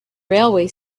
railway